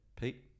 Pete